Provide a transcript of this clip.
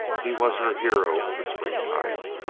he was her hero of the springtime,